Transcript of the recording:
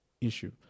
issue